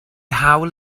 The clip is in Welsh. hawl